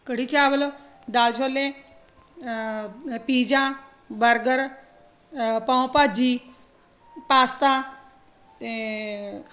ਕੜੀ ਚਾਵਲ ਦਾਲ ਛੋਲੇ pizza burger pav bhaji pasta ਅਤੇ